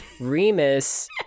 Remus